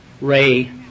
Ray